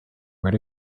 where